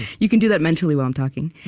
you can do that mentally, while i'm talking.